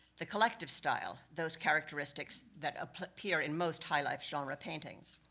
the collective style. those characteristics that appear in most high life genre paintings.